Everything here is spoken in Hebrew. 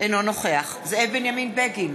אינו נוכח זאב בנימין בגין,